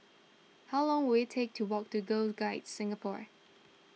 how long will it take to walk to Girl Guides Singapore